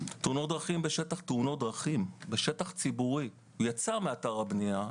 תאונות דרכים בשטח ציבורי הוא יצא מאתר הבנייה,